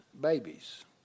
babies